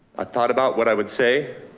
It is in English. i thought about what i would say.